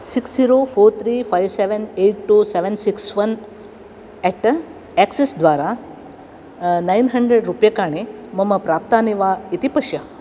six zero four three five seven eight two seven six one at Axis द्वारा nine hundred रूप्यकाणि मया प्राप्तानि वा इति पश्य